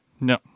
No